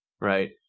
right